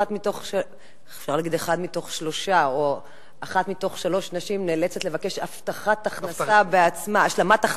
אחת מתוך שלוש נשים נאלצת לבקש השלמת הכנסה בעצמה.